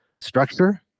structure